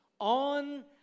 on